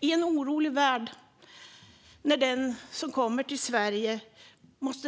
I en orolig värld måste den som kommer till Sverige